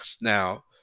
Now